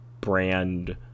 brand